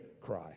cry